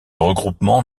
regroupement